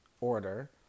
order